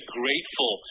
grateful